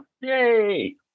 Yay